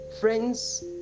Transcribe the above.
Friends